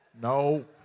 no